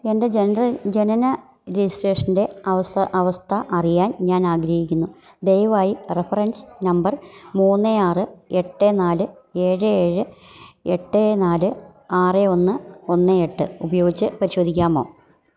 എൻ്റെ ജനന ജനന രജിസ്ട്രേഷൻ്റെ അവസ്ഥ അവസ്ഥ അറിയാൻ ഞാൻ ആഗ്രഹിക്കുന്നു ദയവായി റെഫറൻസ് നമ്പർ മൂന്ന് ആറ് എട്ട് നാല് ഏഴ് ഏഴ് എട്ട് നാല് ആറ് ഒന്ന് ഒന്ന് എട്ട് ഉപയോഗിച്ച് പരിശോധിക്കാമോ